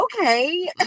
Okay